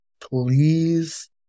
please